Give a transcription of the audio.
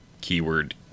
keyword